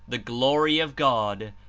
the glory of god,